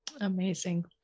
Amazing